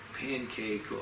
pancake